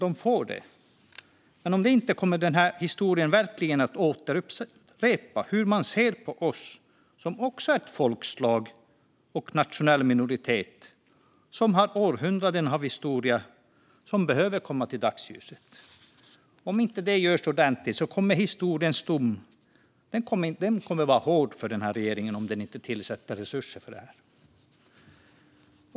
Om den inte får det kommer historien att återupprepa hur man ser på oss som också är ett folkslag och en nationell minoritet som har århundraden av historia som behöver komma ut i ljuset. Om detta inte görs ordentligt och om resurser inte tillsätts kommer historiens dom över regeringen att bli hård.